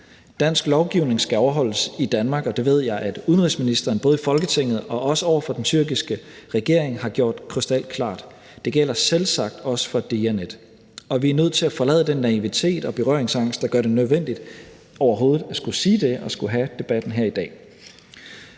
Dansk lovgivning skal overholdes i Danmark, og det ved jeg at udenrigsministeren både i Folketinget og også over for den tyrkiske regering har gjort krystalklart. Det gælder selvsagt også for Diyanet. Vi er nødt til at forlade den naivitet og berøringsangst, der gør det nødvendigt overhovedet at skulle sige det og at skulle have debatten her i dag.